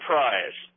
Prize